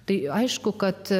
tai aišku kad